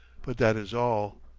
but that is all.